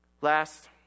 Last